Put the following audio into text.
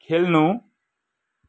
खेल्नु